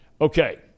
okay